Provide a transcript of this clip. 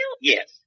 Yes